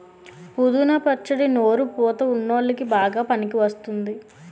పుదీనా పచ్చడి నోరు పుతా వున్ల్లోకి బాగా పనికివస్తుంది